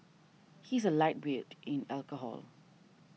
he is a lightweight in alcohol